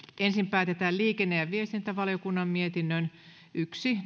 ensin päätetään liikenne ja viestintävaliokunnan mietinnön yksi